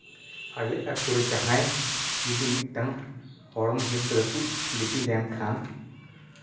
ᱟᱞᱮ ᱟᱛᱳ ᱨᱮ ᱡᱟᱦᱟᱸᱭ ᱡᱩᱫᱤ ᱢᱤᱫᱴᱟᱝ ᱦᱚᱲᱢᱚ ᱦᱤᱥᱟᱢ ᱜᱤᱰᱤ ᱞᱮᱱᱠᱷᱟᱡ